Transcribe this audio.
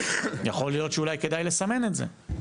יכול להיות שאולי כדאי לסמן את זה.